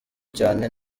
cyane